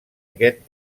aquest